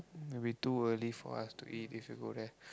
that will be too early for us to eat if you go there